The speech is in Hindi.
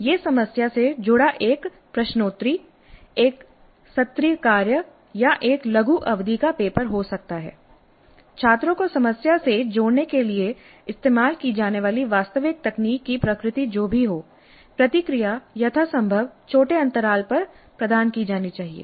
यह समस्या से जुड़ा एक प्रश्नोत्तरी एक सत्रीय कार्य या एक लघु अवधि का पेपर हो सकता है छात्रों को समस्या से जोड़ने के लिए इस्तेमाल की जाने वाली वास्तविक तकनीक की प्रकृति जो भी हो प्रतिक्रिया यथासंभव छोटे अंतराल पर प्रदान की जानी चाहिए